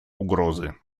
угрозы